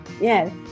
yes